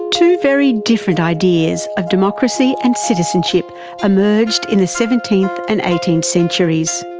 two very different ideas of democracy and citizenship emerged in the seventeenth and eighteenth centuries,